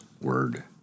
word